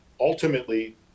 ultimately